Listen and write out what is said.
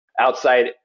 outside